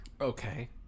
okay